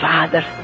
Father